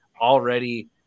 already